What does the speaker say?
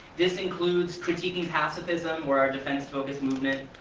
this includes critiquing pacifism, or a defense-focused movement,